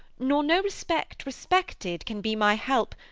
nor no respect respected can be my help,